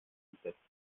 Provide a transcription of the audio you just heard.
entsetzte